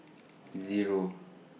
Zero